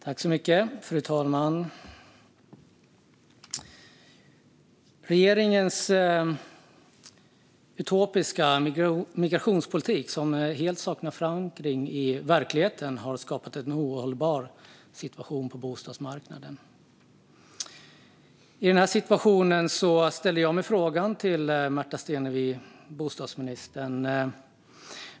Fru talman! Regeringens utopiska migrationspolitik som helt saknar förankring i verkligheten har skapat en ohållbar situation på bostadsmarknaden. I den här situationen ställer jag en fråga till bostadsminister Märta Stenevi.